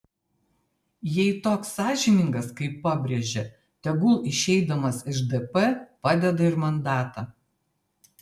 jei toks sąžiningas kaip pabrėžė tegul išeidamas iš dp padeda ir mandatą